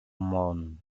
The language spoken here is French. morne